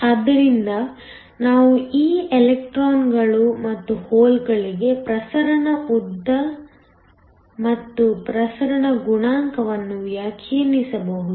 ಆದ್ದರಿಂದ ನಾವು ಈ ಎಲೆಕ್ಟ್ರಾನ್ಗಳು ಮತ್ತು ಹೋಲ್ಗಳಿಗೆ ಪ್ರಸರಣ ಉದ್ದ ಮತ್ತು ಪ್ರಸರಣ ಗುಣಾಂಕವನ್ನು ವ್ಯಾಖ್ಯಾನಿಸಬಹುದು